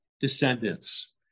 descendants